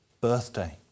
birthday